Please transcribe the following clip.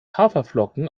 haferflocken